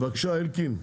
בבקשה, אלקין.